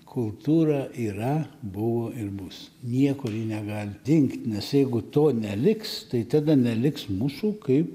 kultūra yra buvo ir bus niekur ji negali dingt nes jeigu to neliks tai tada neliks mūsų kaip